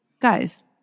guys